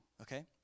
okay